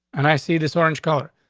and i see this orange color.